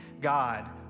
God